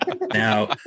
Now